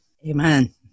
Amen